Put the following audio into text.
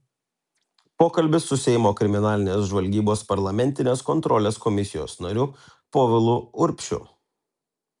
pokalbis su seimo kriminalinės žvalgybos parlamentinės kontrolės komisijos nariu povilu urbšiu